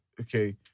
okay